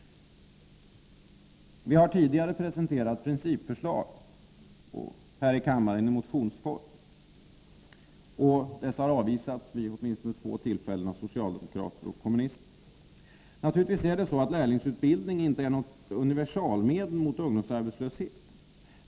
Vi har tidigare presenterat principförslag här i kammaren i motionsform och dessa har vid åtminstone två tillfällen avvisats av socialdemokrater och kommunister. Naturligtvis är lärlingsutbildning inte något universalmedel mot ungdomsarbetslösheten.